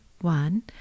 one